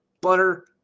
butter